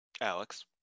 Alex